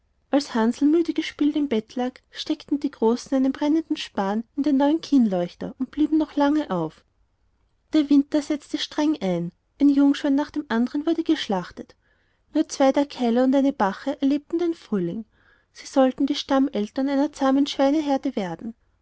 als hansl müde gespielt im bett lag steckten die großen einen brennenden span in den neuen kienleuchter und blieben noch lange auf der winter setzte streng ein ein jungschwein nach dem anderen wurde geschlachtet nur zwei ein keiler und eine bache erlebten den frühling sie sollten die stammeltern einer zahmen schweineherde werden